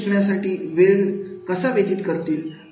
ते शिकण्यासाठी वेळ कसा व्यतीत करतील